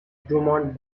drummond